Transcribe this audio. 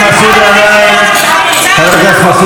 חבר הכנסת מסעוד גנאים,